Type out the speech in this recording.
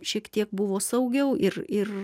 šiek tiek buvo saugiau ir ir